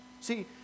See